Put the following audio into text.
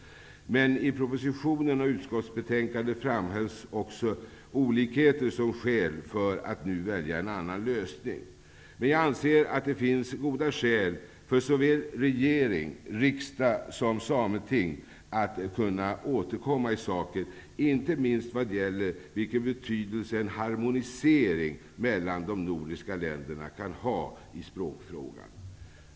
I propositionen och i utskottsbetänkandet framhölls också olikheter som skäl för att nu välja en annan lösning. Jag anser emellertid att det finns goda skäl såväl för regering och riksdag som för Sameting att kunna återkomma, inte minst i vad gäller vilken betydelse en harmonisering mellan de nordiska länderna kan ha i språkfrågan.